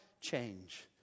change